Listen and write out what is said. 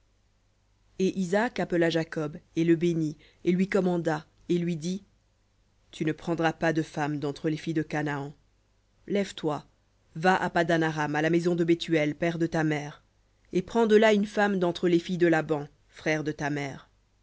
et isaac appela jacob et le bénit et lui commanda et lui dit tu ne prendras pas de femme d'entre les filles de canaan lève-toi va à paddan aram à la maison de bethuel père de ta mère et prends de là une femme d'entre les filles de laban frère de ta mère